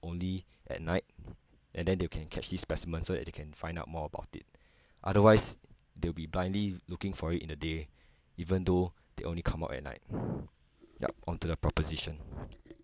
only at night and then they can catch this specimen so that they can find out more about it otherwise they will be blindly looking for it in the day even though they only come out at night yup onto the proposition